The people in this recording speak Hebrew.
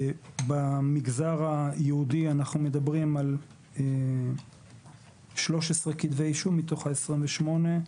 במגזר היהודי אנחנו מדברים על 13 כתבי אישום מתוך ה-28,